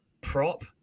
prop